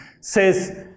says